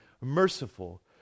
merciful